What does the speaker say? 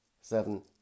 seven